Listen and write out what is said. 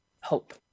hope